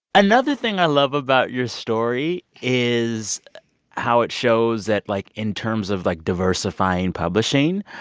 another thing i love about your story is how it shows that, like, in terms of, like, diversifying publishing,